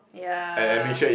ya